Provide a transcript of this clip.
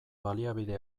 baliabide